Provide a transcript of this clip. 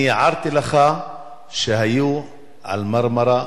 אני הערתי לך שהיו על ה"מרמרה"